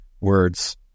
words